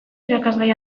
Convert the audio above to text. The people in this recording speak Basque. irakasgai